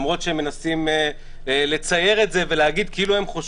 למרות שהם מנסים לצייר את זה ולהגיד כאילו הם גם